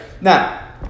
now